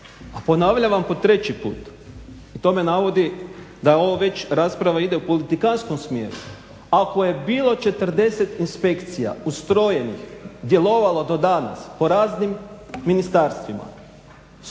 ponavljam vam po treći put i to me navodi da ova rasprava već ide u politikantskom smjeru. Ako je bilo 40 inspekcija ustrojenih, djelovalo do danas po raznim ministarstvima,